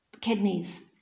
kidneys